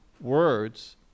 words